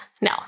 no